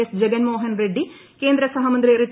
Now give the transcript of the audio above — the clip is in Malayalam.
എസ് ജഗൻ മോഹൻ റെഡ്ഢി കേന്ദ്ര സഹമന്ത്രി റിട്ട